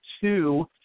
two